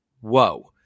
whoa